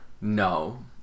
No